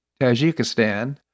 Tajikistan